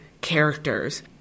characters